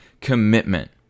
commitment